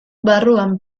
barruan